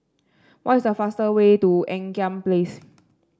what is the fastest way to Ean Kiam Place